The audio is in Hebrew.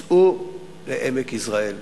סעו לעמק יזרעאל